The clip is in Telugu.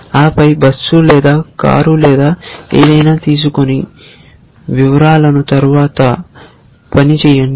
ఆపై బస్సు లేదా కారు లేదా ఏదైనా తీసుకొని వివరాలను తరువాత పని చేయండి